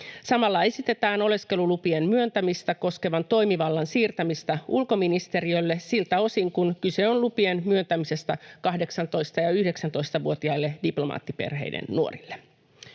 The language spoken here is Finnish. Samalla esitetään oleskelulupien myöntämistä koskevan toimivallan siirtämistä ulkoministeriölle siltä osin kuin kyse on lupien myöntämisestä 18- ja 19-vuotiaille diplomaattiperheiden nuorille.